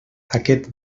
aquest